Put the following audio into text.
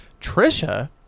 Trisha